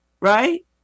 right